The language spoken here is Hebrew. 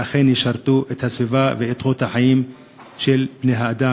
ואכן ישרתו את הסביבה ואת איכות החיים של בני-האדם,